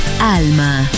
Alma